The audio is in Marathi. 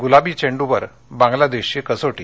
गुलाबी चेंडवर बांग्लादेशची कसोटी